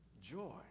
joy